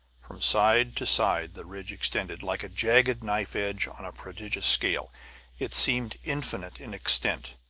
from side to side the ridge extended, like a jagged knife edge on a prodigious scale it seemed infinite in extent.